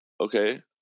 Okay